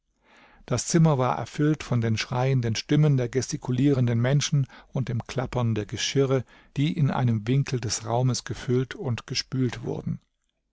das zimmer war erfüllt von den schreienden stimmen der gestikulierenden menschen und dem klappern der geschirre die in einem winkel des raumes gefüllt und gespült wurden